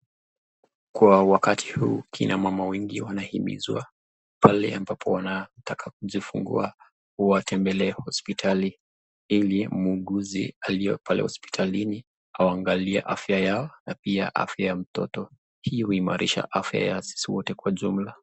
Kwa wakati huu kina mama wanahimizwa pale ambapo wanataka kujifungua watembelee hospitali ili muuguzi aliyepale hospitalini aangalie afya yao na pia afya ya mtoto. Hii huimarisha afya ya sisi wote kwa jumla.